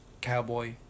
Cowboy